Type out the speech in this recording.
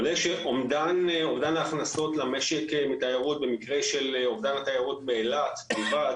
עולה שאומדן ההכנסות למשק מתיירות במקרה של אובדן התיירות באילת בלבד